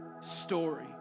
story